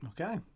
Okay